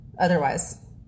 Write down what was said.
Otherwise